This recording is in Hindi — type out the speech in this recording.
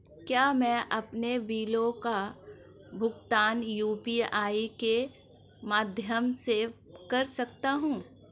क्या मैं अपने बिलों का भुगतान यू.पी.आई के माध्यम से कर सकता हूँ?